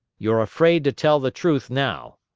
you're afraid to tell the truth now.